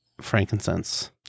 frankincense